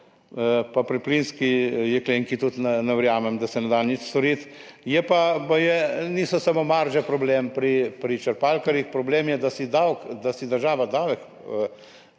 pa pri plinski jeklenki tudi ne verjamem, da se ne da nič storiti. Baje pa niso samo marže problem pri črpalkarjih. Problem je, da si država vzame